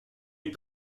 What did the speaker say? hip